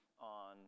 on